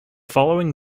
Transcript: following